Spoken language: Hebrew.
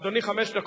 אדוני, חמש דקות.